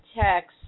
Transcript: text